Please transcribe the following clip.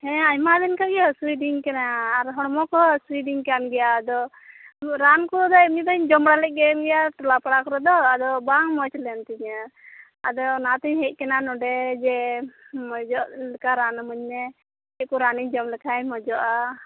ᱦᱮᱸ ᱟᱭᱢᱟ ᱫᱤ ᱠᱷᱚᱡ ᱜᱮ ᱦᱟᱹᱥᱩ ᱤᱫᱤᱧ ᱠᱟᱱᱟ ᱟᱨ ᱦᱚᱲᱢᱚ ᱠᱚᱦᱚᱸ ᱦᱟᱹᱥᱩ ᱤᱫᱤᱧ ᱠᱟᱱᱟ ᱟᱫᱚ ᱨᱟᱱ ᱠᱚᱫᱚ ᱮᱢᱱᱤ ᱠᱚᱫᱚᱤᱧ ᱡᱚᱢ ᱵᱟᱲᱟ ᱞᱮᱫ ᱜᱮᱭᱟ ᱴᱚᱞᱟ ᱯᱟᱲᱟ ᱠᱚᱨᱮ ᱫᱚ ᱟᱫᱚ ᱵᱟᱝ ᱢᱚᱸᱡᱽ ᱞᱮᱱ ᱛᱤᱧᱟ ᱟᱫᱚ ᱚᱱᱟᱛᱤᱧ ᱦᱮᱡ ᱟᱠᱟᱱᱟ ᱱᱚᱰᱮ ᱡᱮ ᱢᱚᱸᱡᱚᱜ ᱞᱮᱠᱟ ᱨᱟᱱ ᱮᱢᱟᱹᱧ ᱢᱮ ᱪᱮᱫ ᱠᱚ ᱨᱟᱱᱤᱧ ᱡᱚᱢ ᱞᱮᱠᱷᱟᱱ ᱢᱚᱸᱡᱚᱜᱼᱟ